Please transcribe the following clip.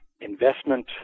investment